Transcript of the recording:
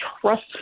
trust